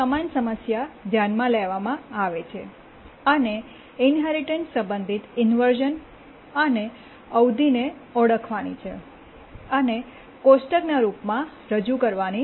સમાન સમસ્યા ધ્યાનમાં લેવામાં આવે છે અને ઇન્હેરિટન્સ સંબંધિત ઇન્વર્શ઼ન અને અવધિને ઓળખવાની છે અને કોષ્ટકના રૂપમાં રજૂ કરવાની છે